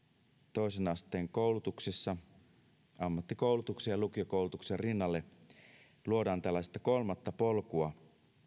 toisen asteen koulutuksessa ammattikoulutuksen ja lukiokoulutuksen rinnalle luodaan tällaista kolmatta polkua